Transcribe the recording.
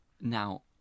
Now